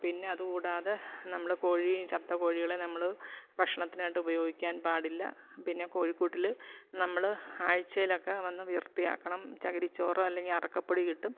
പിന്നെ അതുകൂടാതെ നമ്മൾ കോഴിയും ചത്തകോഴികളെ നമ്മൾ ഭക്ഷണത്തിനായിട്ട് ഉപയോഗിക്കാൻ പാടില്ല പിന്നെ കോഴിക്കൂട്ടിൽ നമ്മൾ ആഴ്ചയിലൊക്കെ ഒന്ന് വൃത്തിയാക്കണം ചകിരിച്ചോറോ അല്ലെങ്കിൽ അറക്കപ്പൊടി കിട്ടും